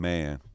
Man